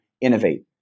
innovate